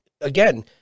again